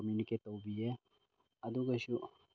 communicate ꯇꯧꯕꯤꯌꯦ ꯑꯗꯨꯒꯁꯨ